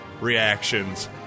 reactions